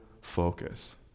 focus